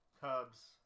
Cubs